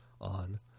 on